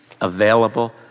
available